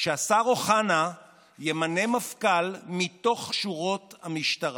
שהשר אוחנה ימנה מפכ"ל מתוך שורות המשטרה.